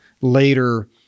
later